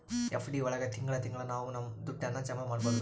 FD ಒಳಗ ತಿಂಗಳ ತಿಂಗಳಾ ನಾವು ನಮ್ ದುಡ್ಡನ್ನ ಜಮ ಮಾಡ್ಬೋದು